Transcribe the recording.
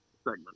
segment